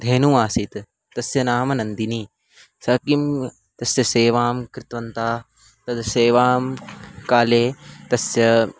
धेनुः आसीत् तस्याः नाम नन्दिनी सा किं तस्य सेवां कृतवन्तः तां सेवां काले तस्य